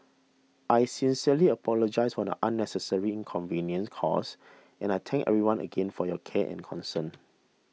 I sincerely apologise for the unnecessary inconveniences caused and I thank everyone again for your care and concern